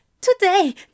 today